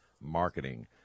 Marketing